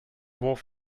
wurf